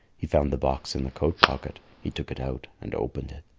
he found the box in the coat pocket. he took it out and opened it.